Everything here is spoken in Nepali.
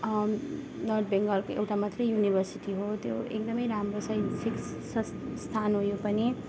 नर्थ बेङ्गालको एउटा मात्रै युनिभर्सिटी हो त्यो एकदमै राम्रो छ स्थान हो यो पनि